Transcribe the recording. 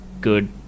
good